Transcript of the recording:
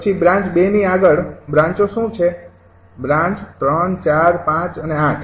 પછી બ્રાન્ચ ૨ની આગળ બ્રાંચો શું છે બ્રાન્ચ ૩ ૪ ૫ અને ૮